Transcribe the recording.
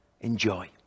enjoy